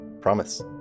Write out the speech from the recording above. promise